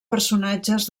personatges